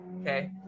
okay